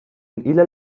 إلى